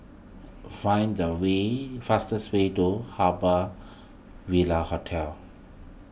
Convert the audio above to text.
find the way fastest way to Harbour Ville Hotel